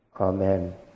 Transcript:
Amen